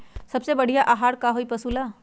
सबसे बढ़िया आहार का होई पशु ला?